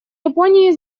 японии